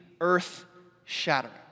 earth-shattering